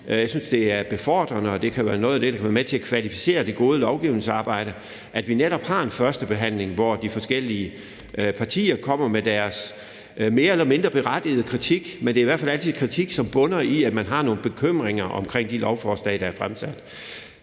jeg synes, det er befordrende, og det kan være noget af det, der kan være med til at kvalificere det gode lovgivningsarbejde, at vi netop har en førstebehandling, hvor de forskellige partier kommer med deres mere eller mindre berettigede kritik, men det er i hvert fald altid kritik, som bunder i, at man har nogle bekymringer om de lovforslag, der er fremsat.